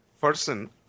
person